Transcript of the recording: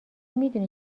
میدونی